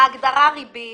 בהגדרה ריבית